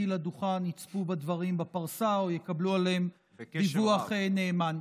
לדוכן יצפו בדברים בפרסה או יקבלו עליהם דיווח נאמן.